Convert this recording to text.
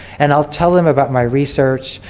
and i'll tell them about my research,